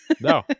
No